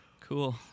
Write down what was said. cool